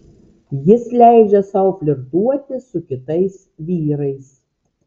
jis leidžia tau flirtuoti su kitais vyrais